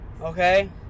Okay